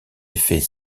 effet